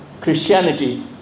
Christianity